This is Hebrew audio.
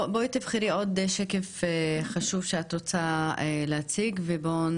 בואי תבחרי עוד שקף חשוב שאת רוצה להציג ובואו